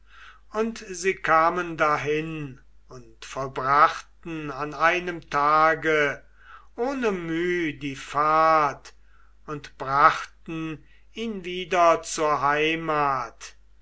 und sie kamen dahin und vollbrachten an einem tage ohne mühe die fahrt und brachten ihn wieder zur heimat